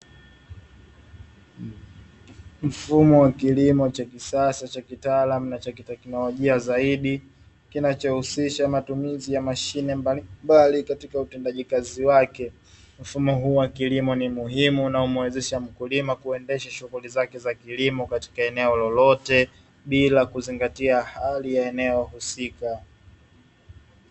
Mfumo wa kilimo cha kisasa cha kitaaluma na cha kiteknolojia zaidi, kinachohusisha matumizi ya mashine mbalimbali katika utendaji kazi wake, mfumo huo wa kilimo ni muhimu unaomuwezesha mkulima kuendesha shughuli zake katika eneo lolote bila kuzingatia hali ya eneo husika.